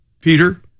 Peter